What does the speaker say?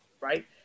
Right